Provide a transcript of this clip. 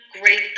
great